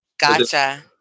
Gotcha